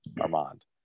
Armand